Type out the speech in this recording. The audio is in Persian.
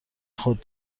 خود